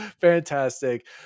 Fantastic